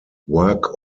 work